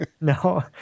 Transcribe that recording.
No